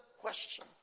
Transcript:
question